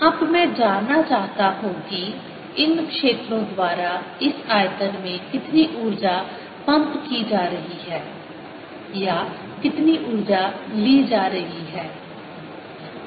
अब मैं जानना चाहता हूं कि इन क्षेत्रों द्वारा इस आयतन में कितनी ऊर्जा पंप की जा रही है या कितनी ऊर्जा ली जा रही है